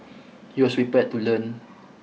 he was prepared to learn